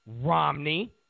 Romney